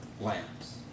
lamps